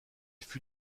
fut